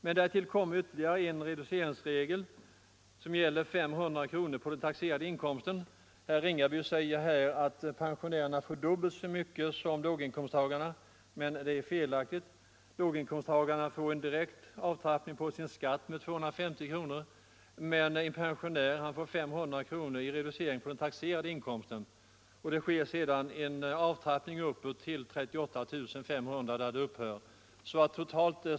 Men till detta kommer ytterligare en reduceringsregel som gäller 500 kronor på den taxerade inkomsten. Herr Ringaby säger att pensionärerna får dubbelt så mycket som låginkomsttagarna. Men det är felaktigt. Låginkomsttagarna får en direkt avtrappning på sin skatt med 250 kronor, men pensionärerna får 500 kronor i reducering på den taxerade inkomsten. Sedan sker en avtrappning uppåt till 38 500 kronor, där reduceringen upphör.